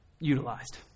Utilized